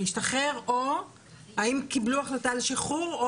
השתחרר או אם קיבלו החלטה לשחרור,